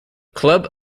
club